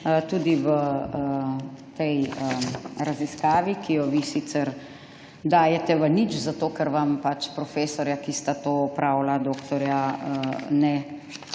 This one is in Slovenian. Tudi v tej raziskavi, ki jo vi sicer dajete v nič zato, ker vam pač profesorja, ki sta to opravila, doktorja, ne